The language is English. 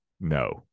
no